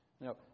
No